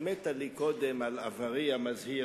אחרי שהחמאת לי קודם על עברי המזהיר,